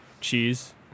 cheese